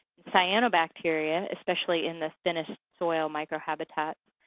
cyanobacteria, especially in the thinnest so ah microhabitat.